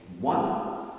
one